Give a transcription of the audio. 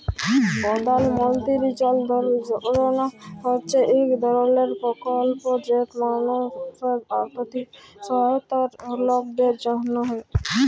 পধাল মলতিরি জল ধল যজলা হছে ইক ধরলের পরকল্প যেট মালুসের আথ্থিক সহায়তার লকদের জ্যনহে